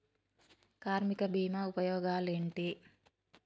కార్మిక బీమా ఉపయోగాలేంటి?